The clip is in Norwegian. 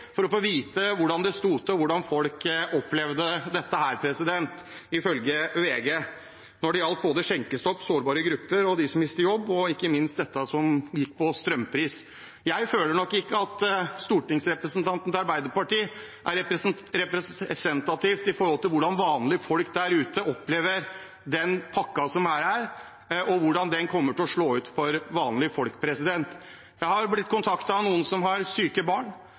Det gjaldt både skjenkestopp, sårbare grupper, de som mister jobben, og ikke minst det som handler om strømpris. Jeg føler nok ikke at stortingsrepresentantene til Arbeiderpartiet er representative for hvordan vanlige folk der ute opplever denne pakken, og hvordan den kommer til å slå ut for vanlige folk. Jeg har blitt kontaktet av noen som har syke barn,